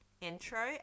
intro